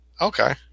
Okay